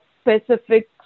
specific